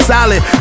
Solid